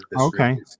Okay